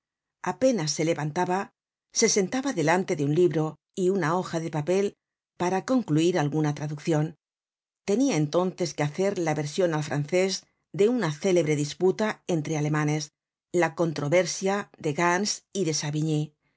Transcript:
apenas se levantaba se sentaba delante de un libro y una hoja de papel para concluir alguna traduccion tenia entonces que hacer la version al francés de una célebre disputa entre alemanes la controversia de gans y de